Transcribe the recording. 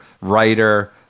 writer